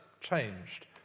changed